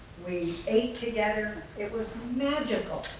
we ate together, it was magical.